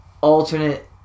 alternate